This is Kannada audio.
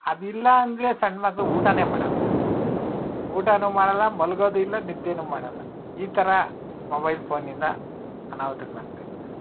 ಅದಿಲ್ಲಾಂದರೆ ಸಣ್ಣ ಮಕ್ಕಳು ಊಟನೇ ಮಾಡೋಲ್ಲ ಊಟನೂ ಮಾಡೋಲ್ಲ ಮಲಗೋದೂ ಇಲ್ಲ ನಿದ್ದೇನು ಮಾಡೋಲ್ಲ ಈ ಥರ ಮೊಬೈಲ್ ಫೋನಿಂದ ಅನಾಹುತಗಳಾಗ್ತಾ ಇರ್ತವೆ